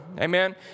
amen